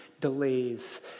delays